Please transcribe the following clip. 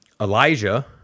Elijah